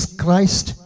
Christ